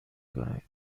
کنید